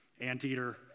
anteater